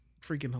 freaking